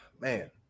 man